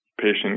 patient